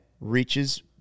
reaches